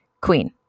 queen